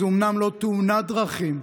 זאת אומנם לא תאונת דרכים,